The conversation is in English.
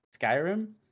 Skyrim